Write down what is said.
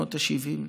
בשנות השבעים.